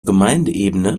gemeindeebene